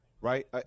right